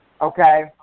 Okay